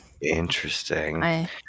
Interesting